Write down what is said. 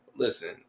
Listen